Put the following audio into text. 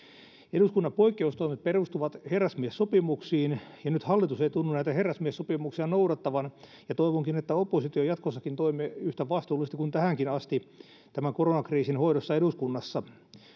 eduskunnan poikkeustoimet perustuvat herrasmiessopimuksiin mutta nyt hallitus ei tunnu näitä herrasmiessopimuksia noudattavan ja toivonkin että oppositio jatkossakin toimii yhtä vastuullisesti kuin tähänkin asti tämän koronakriisin hoidossa eduskunnassa